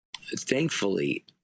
thankfully